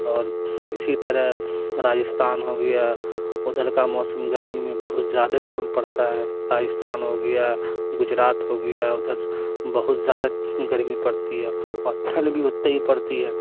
اور اسی طرح راجستھان ہو گیا ادھر کا موسم گرمی میں بہت زیادہ گرم پڑتا ہے راجستھان ہو گیا گجرات ہو گیا ادھر بہت زیادہ گرمی پڑتی ہے اور ٹھنڈ بھی اتنی ہی پڑتی ہے